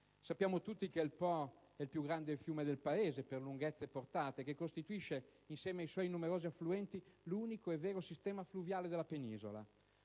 Sappiamo tutti che il Po è il più grande fiume del Paese per lunghezza e portata e che costituisce, insieme ai suoi numerosi affluenti, l'unico e vero sistema fluviale della penisola.